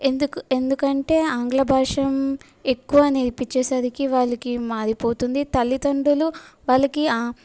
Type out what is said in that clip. ఎందుకు ఎందుకంటే ఆంగ్ల భాషమ్ ఎక్కువ నేర్పించేసరికి వాళ్ళకి మారి పోతుంది తల్లితండ్రులు వాళ్ళకి